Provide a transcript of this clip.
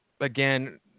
again